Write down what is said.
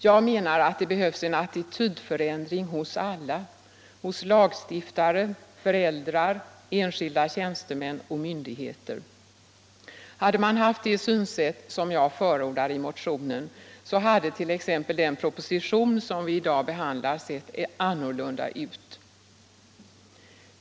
Jag menar att det behövs en attitydförändring hos alla — hos lagstiftare, föräldrar, enskilda tjänstemän och myndigheter. Om man haft det synsätt som jag förordar i motionen hade t.ex. den proposition som vi i dag behandlar sett annorlunda ut.